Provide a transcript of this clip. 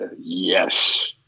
Yes